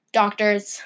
doctors